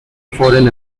foreign